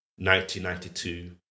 1992